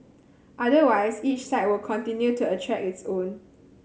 otherwise each site will continue to attract its own